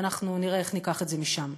ואנחנו נראה איך ניקח את זה משם.